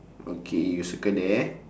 okay you circle there